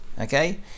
Okay